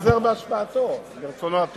להיעזר בהשפעתו, ברצונו הטוב.